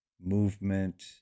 movement